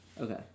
Okay